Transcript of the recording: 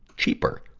cheaper,